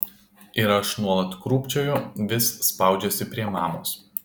ir aš nuolat krūpčioju vis spaudžiuosi prie mamos